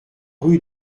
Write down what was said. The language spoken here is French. rue